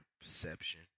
perception